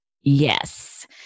Yes